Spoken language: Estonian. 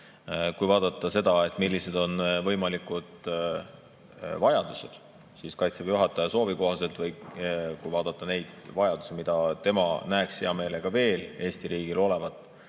Kui vaadata seda, millised on võimalikud vajadused, siis Kaitseväe juhataja soovi kohaselt või kui vaadata neid vajadusi, mida tema näeks hea meelega veel Eesti riigil olevat,